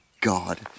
God